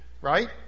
Right